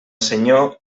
senyor